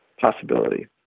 possibility